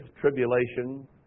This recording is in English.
tribulation